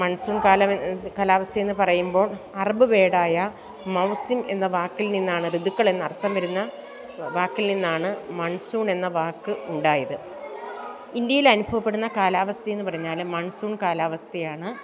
monsoon കാലാവസ്ഥ കാലാവസ്ഥയെന്ന് പറയുമ്പോൾ അറബ് വേർഡായ മൗസിം എന്ന വാക്കിൽ നിന്നാണ് ഋതുക്കളെന്ന അർത്ഥം വരുന്ന വാക്കിൽ നിന്നാണ് മൺസൂൺ എന്ന വാക്ക് ഉണ്ടായത് ഇന്ത്യയിൽ അനുഭവപ്പെടുന്ന കാലാവസ്ഥയെന്ന് പറഞ്ഞാൽ മൺസൂൺ കാലാവസ്ഥയാണ്